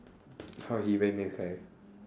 how he very nice guy